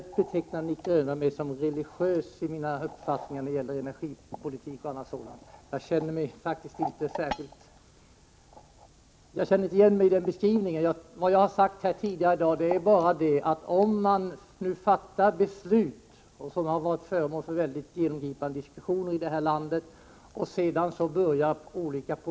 Nic Grönvall betecknar mig som religiös i min uppfattning när det gäller energipolitiken m.m. Jag känner inte igen mig i den beskrivningen. Vad jag sagt tidigare här i dag är bara att olika politiker börjat sväva på målet i de frågor som det efter mycket genomgripande diskussioner här i landet har fattats beslut om.